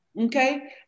Okay